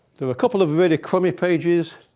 there were a couple of really crummy pages,